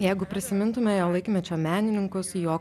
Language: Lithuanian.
jeigu prisimintume jo laikmečio menininkus jo